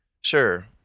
Sure